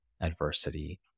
adversity